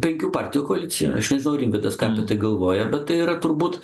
penkių partijų koaliciją aš nežinau rimvydas ką apie tai galvoja bet tai yra turbūt